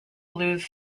blues